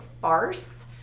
farce